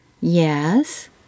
yes